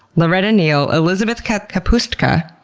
loretta neal, elizabeth kapustka,